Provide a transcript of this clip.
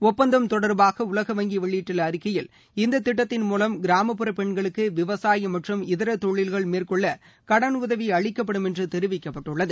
ஒப்பந்தம் தொடர்பாக உலக வங்கி வெளியிட்ட அறிக்கையில் இந்த திட்டத்தின் மூலம் கிராமப்புற பெண்களுக்கு விவசாயம் மற்றும் இதர தொழில்கள் மேற்கொள்ள கடன் உதவி அளிக்கப்படும் என்று தெரிவிக்கப்பட்டுள்ளது